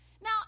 Now